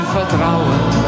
Vertrauen